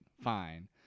Fine